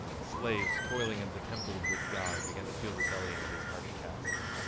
the slaves toiling in the temple of this god began to feel rebellion at his harsh tasks.